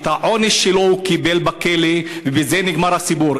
את העונש שלו הוא קיבל בכלא ובזה נגמר הסיפור.